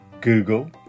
Google